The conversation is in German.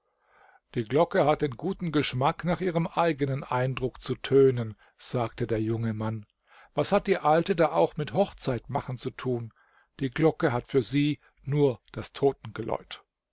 die glocke hat den guten geschmack nach ihrem eigenen eindruck zu tönen sagte der junge mann was hat die alte da auch mit hochzeitmachen zu tun die glocke hat für sie nur das